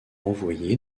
envoyé